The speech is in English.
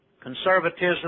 conservatism